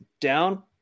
down